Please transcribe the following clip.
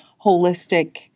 holistic